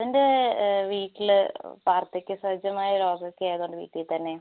എന്റെ വീട്ടിൽ വാർദ്ധക്യ സഹജമായ രോഗമൊക്കെ ആയതുകൊണ്ട് വീട്ടിൽ തന്നെയാണ്